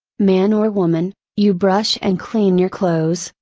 man or woman, you brush and clean your clothes,